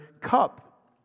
cup